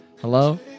Hello